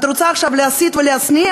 את רוצה עכשיו להסית ולהשניא?